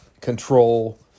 control